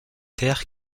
terre